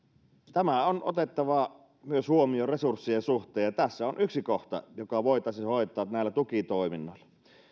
tämä on otettava myös huomioon resurssien suhteen ja tässä on yksi kohta joka voitaisiin hoitaa näillä tukitoiminnoilla